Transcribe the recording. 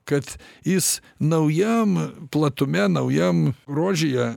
kad jis naujam platume naujam grožyje